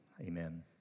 amen